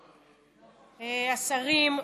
השרים,